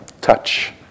touch